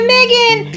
Megan